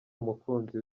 umukunzi